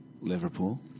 Liverpool